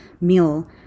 meal